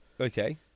Okay